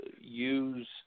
use